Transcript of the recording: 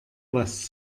was